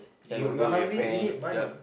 ya you wanna go with your friend ya